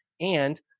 And-